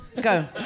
Go